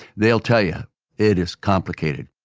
they'll tell you it is complicated